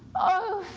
oh,